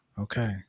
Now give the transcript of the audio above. okay